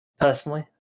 personally